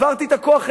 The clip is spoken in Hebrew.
העברתי את הכוח אלינו,